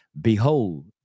behold